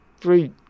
three